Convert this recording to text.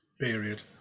period